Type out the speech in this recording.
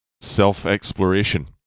self-exploration